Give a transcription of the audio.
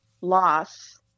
loss